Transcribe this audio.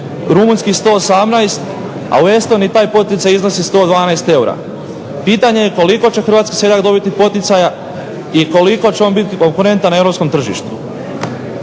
rumunjski 118, a u Estoniji taj poticaj iznosi 112 eura. Pitanje je koliko će Hrvatski seljak dobiti poticaja i koliko će biti konkurentan Europskom tržištu.